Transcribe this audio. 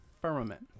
Firmament